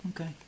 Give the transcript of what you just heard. okay